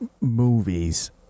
movies